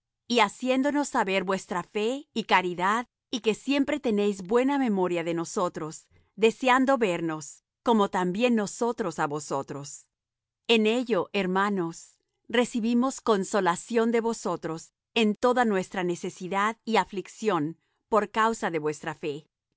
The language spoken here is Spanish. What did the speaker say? y haciéndonos saber vuestra fe y caridad y que siempre tenéis buena memoria de nosotros deseando vernos como también nosotros á vosotros en ello hermanos recibimos consolación de vosotros en toda nuestra necesidad y aflicción por causa de vuestra fe